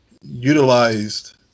utilized